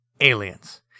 aliens